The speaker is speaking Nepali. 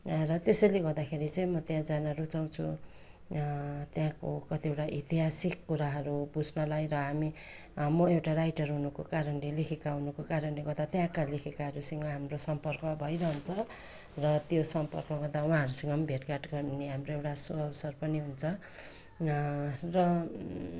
र त्यसैले गर्दाखेरि चाहिँ म त्यहाँ जान रुचाउँछु त्यहाँको कतिवटा ऐतिहासिक कुराहरू बुझ्नलाई र हामी म एउटा राइटर हुनुको कारणले लेखिका हुनुको कारणले गर्दा त्यहाँका लेखिकाहरूसँग हाम्रो सम्पर्क भइरहन्छ र त्यो सम्पर्क हुँदा उहाँहरूसँग पनि भेटघाट गर्ने हाम्रो एउटा सुअवसर पनि हुन्छ र